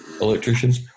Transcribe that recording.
electricians